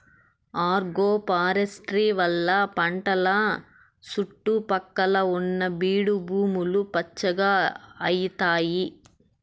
agroforestry వల్ల పంటల సుట్టు పక్కల ఉన్న బీడు భూములు పచ్చగా అయితాయి